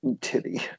titty